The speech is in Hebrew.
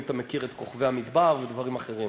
אם אתה מכיר את "כוכבי המדבר" ודברים אחרים.